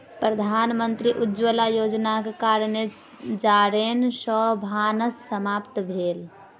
प्रधानमंत्री उज्ज्वला योजनाक कारणेँ जारैन सॅ भानस समाप्त भेल